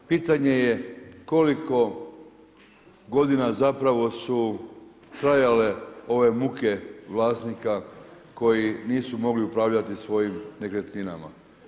Pitanje je koliko godina su trajale ove muke vlasnika koji nisu mogli upravljati svojim nekretninama?